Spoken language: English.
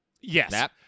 Yes